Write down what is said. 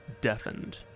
deafened